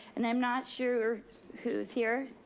and i'm not sure who's here.